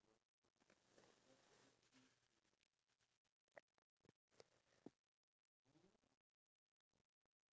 you know we have to do something in order to get like our wants you know like a car furniture for the house